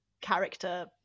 character